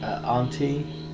auntie